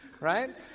right